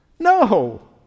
No